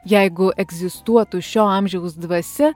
jeigu egzistuotų šio amžiaus dvasia